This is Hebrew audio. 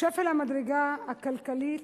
שפל מדרגה כלכלי.